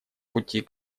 пути